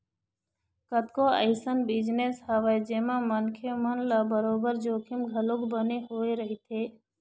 कतको अइसन बिजनेस हवय जेमा मनखे मन ल बरोबर जोखिम घलोक बने होय रहिथे